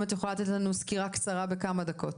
אם את יכולה לתת לנו סקירה קצרה בכמה דקות.